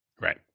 Right